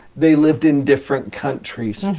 they lived in different countries,